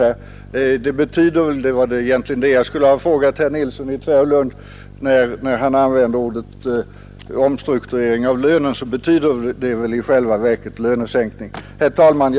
När herr Nilsson i Tvärålund använder ordet omstrukturering av lönen — det var egentligen detta jag skulle ha frågat herr Nilsson om — betyder det väl i själva verket lönesänkning. Herr talman!